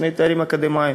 שני תארים אקדמיים,